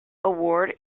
award